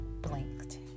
blinked